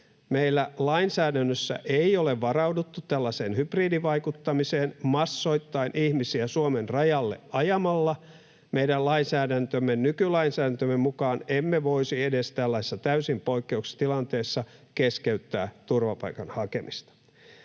Meillä lainsäädännössä ei ole varauduttu tällaiseen hybridivaikuttamiseen massoittain ihmisiä Suomen rajalle ajamalla. Meidän nykylainsäädäntömme mukaan emme voisi edes tällaisessa täysin poikkeuksellisessa tilanteessa keskeyttää turvapaikan hakemista.